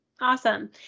Awesome